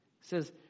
says